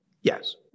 Yes